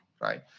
right